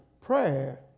prayer